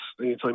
anytime